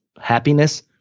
happiness